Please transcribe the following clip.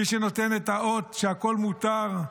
מי שנותן את האות שהכול מותר,